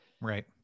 Right